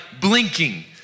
blinking